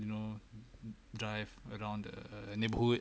you know drive around the neighbourhood